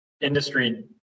industry